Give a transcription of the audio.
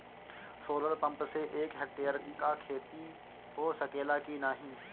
Solar pump से एक hectare क खेती हो सकेला की नाहीं?